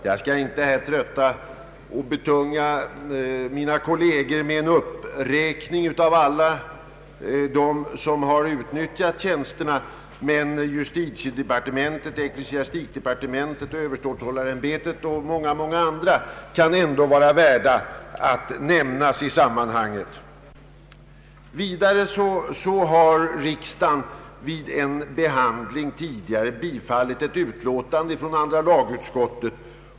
Jag skall inte här trötta och betunga mina kolleger med en uppräkning av alla dem som utnyttjat tjänsterna, men justitiedepartementet, utbildningsdepartementet, Ööverståthållarämbetet och många andra kan ändå vara värda att nämnas i sammanhanget. Vidare har riksdagen vid en tidigare behandling av frågan bifallit en hemställan från andra lagutskottet.